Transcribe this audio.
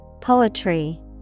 Poetry